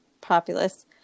populace